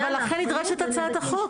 אפרת, לכן נדרשת הצעת החוק.